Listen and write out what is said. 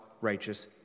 righteous